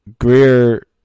Greer